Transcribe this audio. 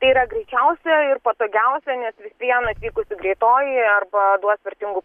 tai yra greičiausia ir patogiausia nes vis vien atvykusi greitoji arba duos vertingų